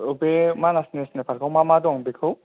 औ बे मानास नेचनेल पार्कआव मा मा दं बेखौ